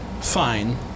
fine